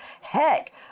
heck